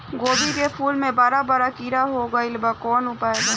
गोभी के फूल मे बड़ा बड़ा कीड़ा हो गइलबा कवन उपाय बा?